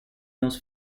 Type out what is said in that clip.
those